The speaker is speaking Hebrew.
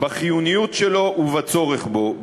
בחיוניות שלו ובצורך בו,